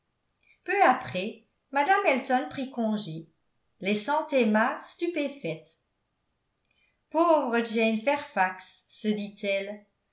peu après mme elton prit congé laissant emma stupéfaite pauvre jane fairfax se dit-elle